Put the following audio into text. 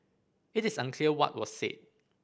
it is unclear what was said